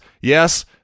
yes